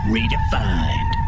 Redefined